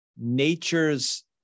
nature's